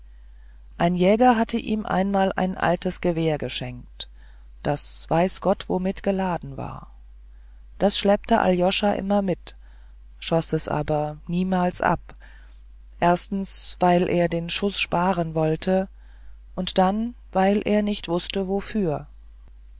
ein jäger hatte ihm einmal ein altes gewehr geschenkt das weiß gott womit geladen war das schleppte aljoscha immer mit schoß es aber niemals ab erstens weil er den schuß sparen wollte und dann weil er nicht wußte wofür